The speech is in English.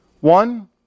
One